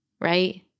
right